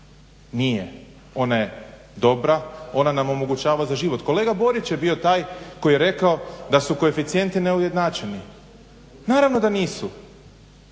Nije, ona je dobra, ona nam omogućava za život. Kolega Borić je bio taj koji je rekao da su koeficijenti neujednačeni. Naravno da nisu,